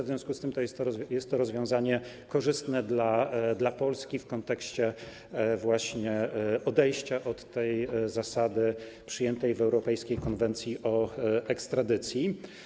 W związku z tym jest to rozwiązanie korzystne dla Polski w kontekście właśnie odejścia od tej zasady przyjętej w Europejskiej konwencji o ekstradycji.